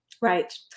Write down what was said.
Right